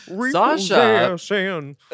Sasha